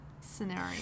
scenario